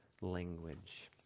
language